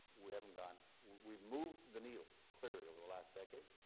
we haven't gone, we've moved the needle clearly over the last decade.